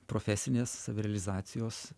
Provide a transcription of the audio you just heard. profesinės savirealizacijos